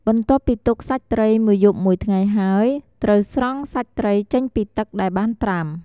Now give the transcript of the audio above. បន្ទាប់ពីទុកសាច់ត្រីបានមួយយប់មួយថ្ងៃហើយ ត្រូវស្រង់សាច់ត្រីចេញពីទឹកដែលបានត្រាំ ។